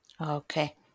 Okay